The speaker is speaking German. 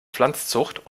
pflanzenzucht